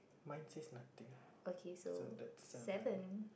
mine is nothing so that seven